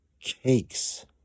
Cakes